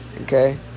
okay